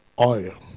oil